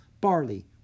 barley